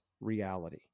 reality